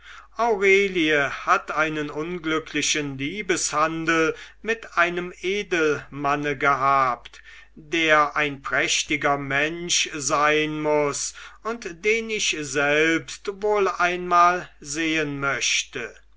aurelie hat einen unglücklichen liebeshandel mit einem edelmanne gehabt der ein prächtiger mensch sein muß und den ich selbst wohl einmal sehen möchte